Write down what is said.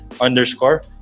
underscore